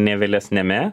ne vėlesniame